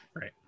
right